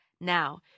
Now